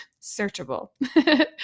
searchable